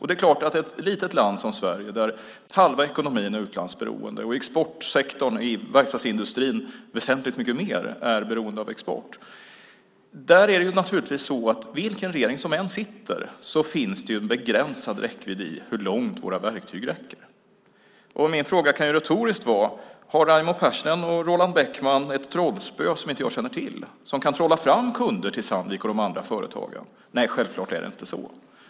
Det är klart att i ett litet land som Sverige, där halva ekonomin är utlandsberoende och exportsektorn, verkstadsindustrin, väsentligt mycket mer är beroende av export, finns det vilken regering som än sitter en begränsad räckvidd i hur långt våra verktyg räcker. Min fråga kan retoriskt vara: Har Raimo Pärssinen och Roland Bäckman ett trollspö som inte jag känner till? Kan de trolla fram kunder till Sandvik och de andra företagen? Självklart är det inte så.